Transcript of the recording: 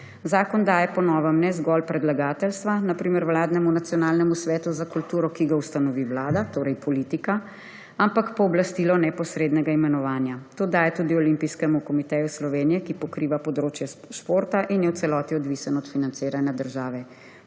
Zakon daje po novem ne zgolj predlagateljstva, na primer vladnemu Nacionalnemu svetu za kulturo, ki ga ustanovi vlada, torej politika, ampak pooblastilo neposrednega imenovanja. To daje tudi Olimpijskemu komiteju Slovenije, ki pokriva področje športa in je v celoti odvisen od financiranja države.